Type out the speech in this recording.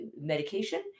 medication